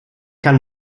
kann